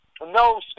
no